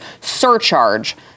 surcharge